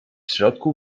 środku